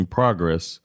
progress